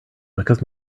because